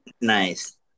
Nice